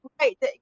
Right